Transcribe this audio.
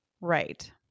Right